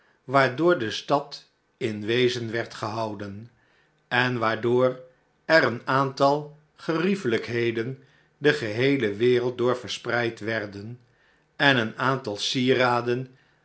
waardoor de stad in wezen werd gehouden en waardoor er een aantal geriefelijkheden de geheele wereld door verspreid werden en een aantal sieraden